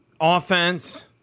Offense